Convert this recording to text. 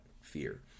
fear